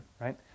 right